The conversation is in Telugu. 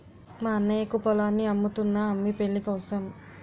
మా అన్నయ్యకు పొలాన్ని అమ్ముతున్నా అమ్మి పెళ్ళికోసం